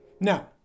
Now